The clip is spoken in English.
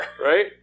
Right